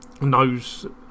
knows